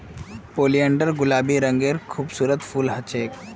oleander गुलाबी रंगेर खूबसूरत फूल ह छेक